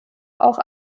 auch